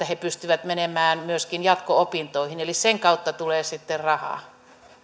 he pystyvät menemään myöskin jatko opintoihin eli sen kautta tulee sitten rahaa